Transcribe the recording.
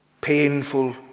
painful